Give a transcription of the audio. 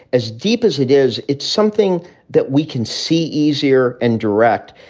as deep as it is, it's something that we can see easier and direct.